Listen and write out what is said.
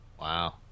Wow